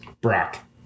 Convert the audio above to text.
Brock